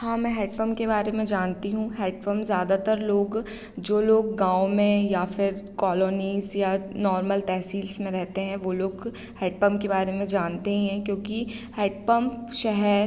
हाँ मैं हैडपंप के बारे में जानती हूँ हैडपंप ज़्यादातर लोग जो लोग गाँव में या फिर कॉलोनीस या नॉर्मल तहसील्स में रहते हैं वो लोग हैंडपंप के बारे में जानते ही हैं क्योंकि हैंडपंप शहर